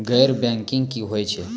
गैर बैंकिंग की होय छै?